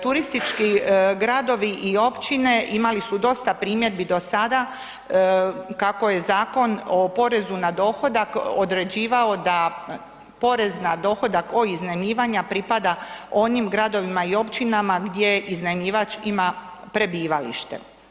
Turistički gradovi i općine imali su dosta primjedbi do sada, kako je Zakon o porezu na dohodak određivao da porez na dohodak od iznajmljivanja pripada onim gradovima i općinama gdje iznajmljivač ima prebivalište.